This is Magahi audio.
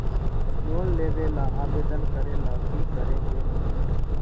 लोन लेबे ला आवेदन करे ला कि करे के होतइ?